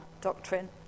doctrine